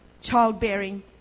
childbearing